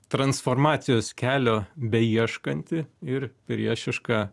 transformacijos kelio beieškanti ir priešiška